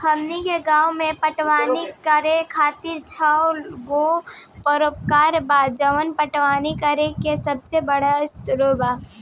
हमनी के गाँव में पटवनी करे खातिर छव गो पोखरा बा जवन पटवनी करे के सबसे बड़ा स्रोत बा